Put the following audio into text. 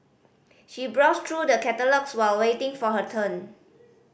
she browsed through the catalogues while waiting for her turn